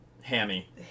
hammy